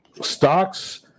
stocks